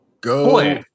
Go